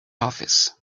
office